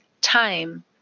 time